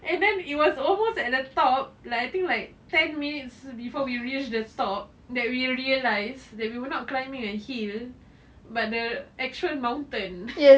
and then it was almost at the top like I think like ten minutes before we reach the top that we realised that we were not climbing a hill but the actual mountain